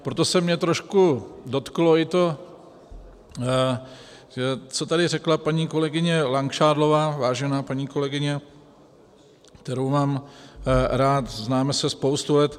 Proto se mě trošku dotklo i to, co tady řekla paní kolegyně Langšádlová, vážená paní kolegyně, kterou mám rád, známe se spoustu let.